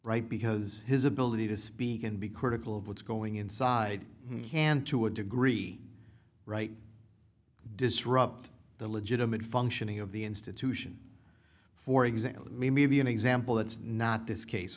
right because his ability to speak and be critical of what's going inside can to a degree right disrupt the legitimate functioning of the institution for example maybe an example that's not this case